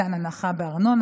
מתן הנחה בארנונה.